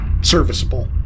serviceable